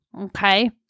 okay